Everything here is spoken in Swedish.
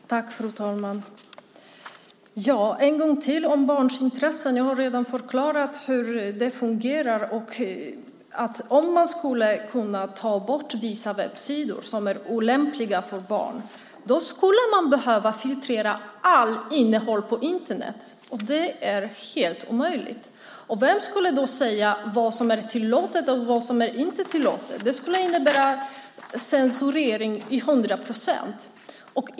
Fru talman! Jag går återigen till frågan om barns intressen. Jag har redan förklarat hur det fungerar. Om man skulle kunna ta bort vissa webbsidor som är olämpliga för barn skulle man behöva filtrera allt innehåll på Internet. Det är helt omöjligt. Vem skulle säga vad som är tillåtet och vad som inte är tillåtet? Det skulle innebära censurering till hundra procent.